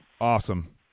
Awesome